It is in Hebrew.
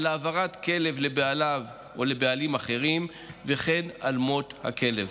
על העברת כלב לבעלים אחרים וכן על מות הכלב.